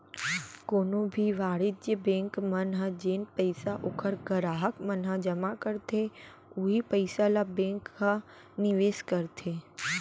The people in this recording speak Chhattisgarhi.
कोनो भी वाणिज्य बेंक मन ह जेन पइसा ओखर गराहक मन ह जमा करथे उहीं पइसा ल बेंक ह निवेस करथे